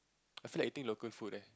I feel like eating local food leh